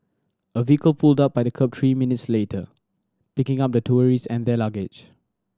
a vehicle pulled up by the kerb three minutes later picking up the tourist and their luggage